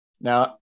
Now